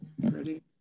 ready